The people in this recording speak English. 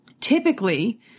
Typically